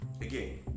again